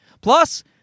Plus